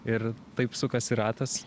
ir taip sukasi ratas